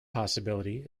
possibility